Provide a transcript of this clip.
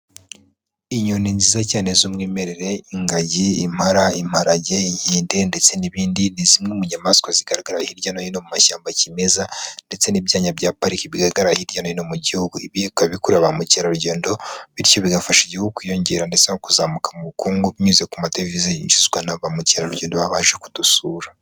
Inyoni nziza cyane z'umwimerere: ingagi, impala, imparage, inkede ndetse n'ibindi ni zimwe mu nyamaswa zigaragara hirya no hino mu mashyamba kimeza, ndetse n'ibyanya bya pariki bigaragara hirya no hino mu gihugu, ibi bigakurura ba mukerarugendo bityo bigafasha igihugu kwiyongera, ndetse no kuzamuka mu bukungu, binyuze ku madevize yinjizwa na ba mukerarugendo baba baje kudusura.